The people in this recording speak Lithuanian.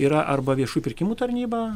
yra arba viešųjų pirkimų tarnyba